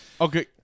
Okay